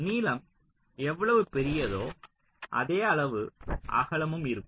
நீளம் எவ்வளவு பெரியதோ அதே அளவு அகலமும் இருக்கும்